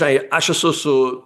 tai aš esu su